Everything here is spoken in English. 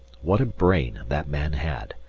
what a brain that man had,